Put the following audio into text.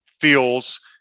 feels